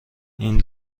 این